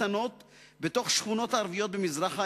קטנות בתוך שכונות ערביות במזרח העיר.